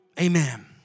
Amen